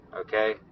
Okay